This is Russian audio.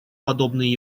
подобные